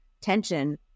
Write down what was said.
tension